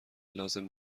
لازم